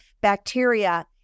bacteria